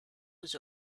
was